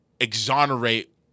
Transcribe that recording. exonerate